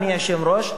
אדוני היושב-ראש,